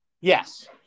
Yes